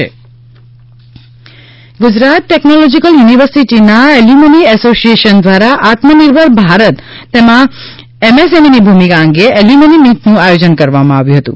GTU Gujarat technological યુનિવર્સિટીના alumni association દ્વારા આત્મનિર્ભર ભારત અને તેમાં એમએસએમઈની ભૂમિકા અંગે એલ્યુમની મીટનું આયોજન કરવામાં આવ્યું હતું